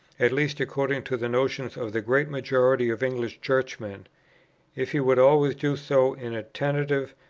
at least according to the notions of the great majority of english churchmen if he would always do so in a tentative,